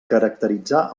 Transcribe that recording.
caracteritzar